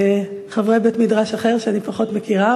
חברי בית-מדרש אחר שאני פחות מכירה,